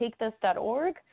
TakeThis.org